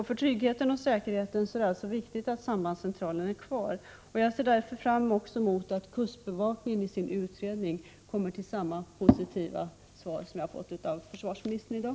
För tryggheten och säkerheten är det alltså viktigt att sambandscentralen finns kvar. Jag ser därför fram emot att kustbevakningskommittén i sin utredning kommer fram till samma positiva svar som jag har fått av försvarsministern i dag.